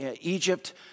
Egypt